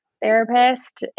Therapist